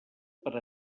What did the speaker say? per